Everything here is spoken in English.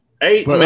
Eight